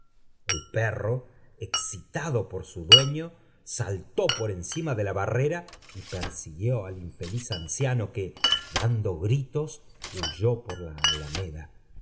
el perro excitado por su dúoño saltó por encima de la barrera y persiguió al infeliz anciano que dando gritos huyó por la alameda